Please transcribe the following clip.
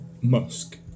Musk